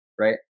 Right